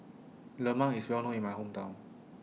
Lemang IS Well known in My Hometown